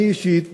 אני אישית